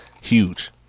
huge